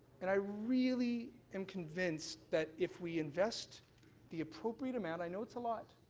and i really am convinced that if we invest the appropriate amount, i know it's a lot,